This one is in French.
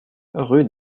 rue